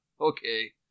Okay